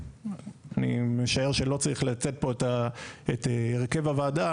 אני משער שאני לא צריך לציין פה את הרכב הוועדה,